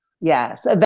Yes